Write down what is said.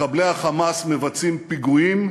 מחבלי ה"חמאס" מבצעים פיגועים,